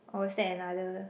or is that another